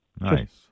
Nice